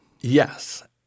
Yes